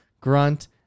grunt